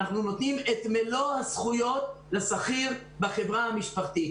אנחנו נותנים את מלוא הזכויות לשכיר בחברה המשפחתית